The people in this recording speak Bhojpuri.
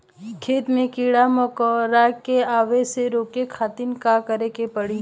खेत मे कीड़ा मकोरा के आवे से रोके खातिर का करे के पड़ी?